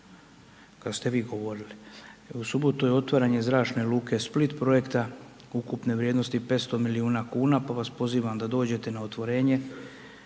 kad ste vi govorili, u subotu je otvaranje Zračne luke Split, projekta ukupne vrijednosti 500 milijuna kuna pa vas pozivam da dođete na otvorenje